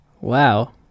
Wow